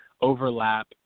overlap